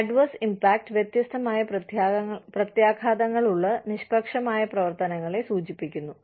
adverse impact വ്യത്യസ്തമായ പ്രത്യാഘാതങ്ങളുള്ള നിഷ്പക്ഷമായ പ്രവർത്തനങ്ങളെ സൂചിപ്പിക്കുന്നു